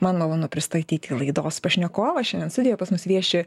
man malonu pristatyti laidos pašnekovą šiandien studijoje pas mus vieši